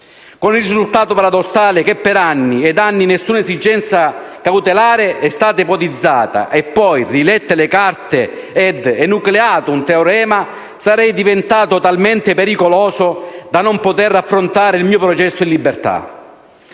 Con il risultato, paradossale, che per anni ed anni nessuna esigenza cautelare è stata ipotizzata e poi, rilette le carte ed enucleato un teorema, sarei divenuto talmente pericoloso da non poter affrontare il mio processo in libertà?